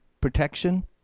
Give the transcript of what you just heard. protection